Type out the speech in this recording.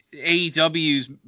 AEW's